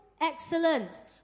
excellence